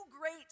great